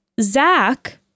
Zach